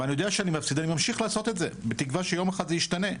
ואני יודע שאני מפסיד אני ממשיך לעשות את זה בתקווה שיום אחד זה ישתנה.